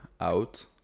out